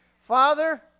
Father